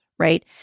right